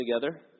together